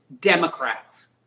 Democrats